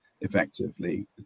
effectively